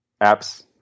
apps